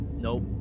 nope